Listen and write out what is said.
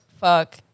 fuck